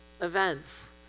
events